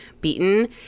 beaten